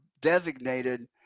designated